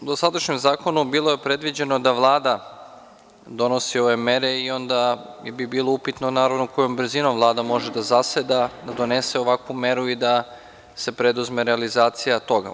U dosadašnjem zakonu bilo je predviđeno da Vlada donosi ove mere i onda bi bilo upitno, naravno, kojom brzinom Vlada može da zaseda, da donese ovakvu meru i da se preduzme realizacija toga.